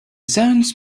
zones